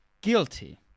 guilty